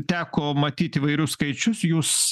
teko matyt įvairius skaičius jūs